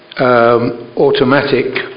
automatic